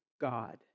God